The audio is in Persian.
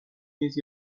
نیست